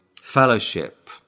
fellowship